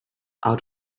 out